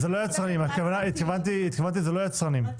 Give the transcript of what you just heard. התכוונתי שזה לא יצרנים.